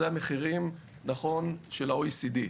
אלה המחירים של ה-OECD.